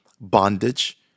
bondage